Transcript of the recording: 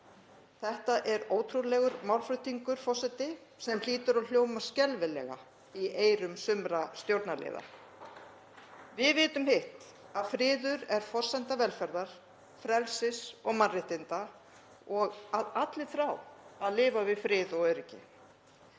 Þetta er ótrúlegur málflutningur, forseti, sem hlýtur að hljóma skelfilega í eyrum sumra stjórnarliða. Við vitum hitt, að friður er forsenda velferðar, frelsis og mannréttinda og að allir þrá að lifa við frið og öryggi.